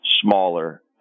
smaller